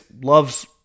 loves